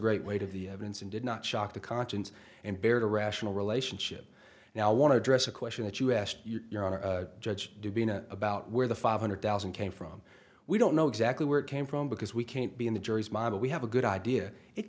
great weight of the evidence and did not shock the conscience and bared a rational relationship now want to address a question that you asked your honor judge debina about where the five hundred thousand came from we don't know exactly where it came from because we can't be in the jury's model we have a good idea it